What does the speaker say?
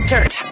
Dirt